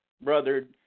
brother